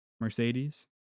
Mercedes